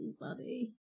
buddy